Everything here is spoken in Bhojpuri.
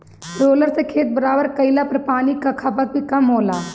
रोलर से खेत बराबर कइले पर पानी कअ खपत भी कम होला